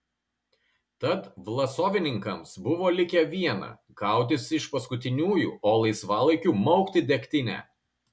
tad vlasovininkams buvo likę viena kautis iš paskutiniųjų o laisvalaikiu maukti degtinę